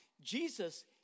Jesus